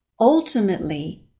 ultimately